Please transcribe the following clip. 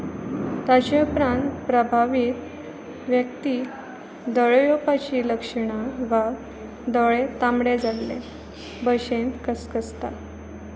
ताचे उपरांत प्रभावीत व्यक्ती दोळे येवपाची लक्षणां वा दोळे तांबडे जाल्लेभशेन कसकसता